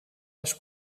les